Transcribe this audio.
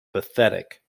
pathetic